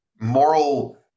moral